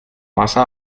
pasa